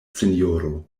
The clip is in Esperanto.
sinjoro